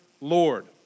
Lord